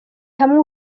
hamwe